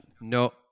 No